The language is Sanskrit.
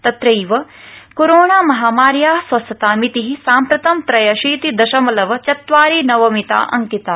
तट्रैव कोराणा महामार्या स्वस्थतामिति साम्प्रतं त्र्यशीति दशमलव चत्वारि नवमिता अंकिता